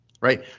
right